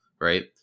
right